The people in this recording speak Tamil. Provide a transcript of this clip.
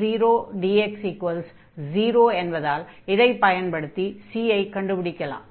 0 dx0 என்பதால் இதைப் பயன்படுத்தி c ஐ கண்டுபிடிக்கலாம்